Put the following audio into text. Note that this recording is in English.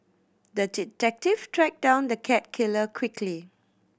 the detective tracked down the cat killer quickly